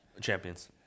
Champions